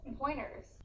pointers